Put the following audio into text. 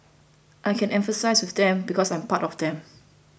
I can empathise with them because I'm part of them